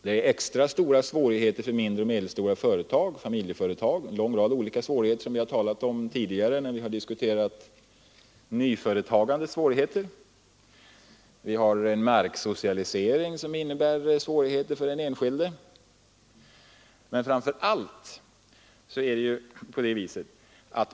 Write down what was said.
Det finns en lång rad svårigheter för mindre och medelstora företag och för familjeföretag, som vi har talat om tidigare när vi har diskuterat nyföretagandet. Vi har en marksocialisering som innebär svårigheter för den enskilde.